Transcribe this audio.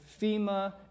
FEMA